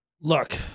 Look